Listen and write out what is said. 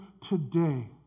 today